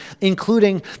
including